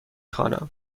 خوانم